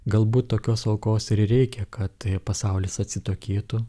galbūt tokios aukos ir reikia kad pasaulis atsitokėtų